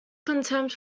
contempt